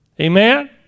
amen